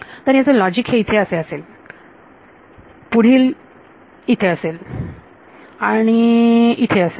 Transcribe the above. तर याचे लॉजिक हे इथे असे असेल पुढील इथे असेल आणि इथे असेल